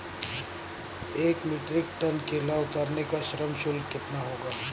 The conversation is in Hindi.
एक मीट्रिक टन केला उतारने का श्रम शुल्क कितना होगा?